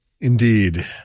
Indeed